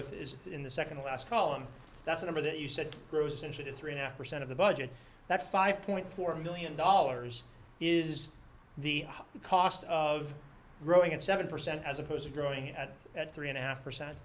h is in the second last column that's a number that you said grows into three and a half percent of the budget that five point four million dollars is the cost of growing at seven percent as opposed to growing at that three and a half percent